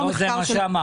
לא זה מה שאמרתי.